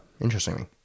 interestingly